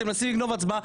אתם מנסים לגנוב הצבעה.